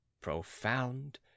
profound